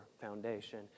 foundation